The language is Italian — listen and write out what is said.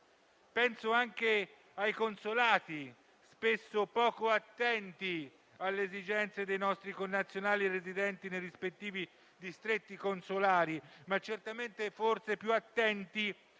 Penso anche ai consolati, spesso poco attenti alle esigenze dei nostri connazionali residenti nei rispettivi distretti consolari, ma certamente forse più attenti